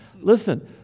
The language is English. Listen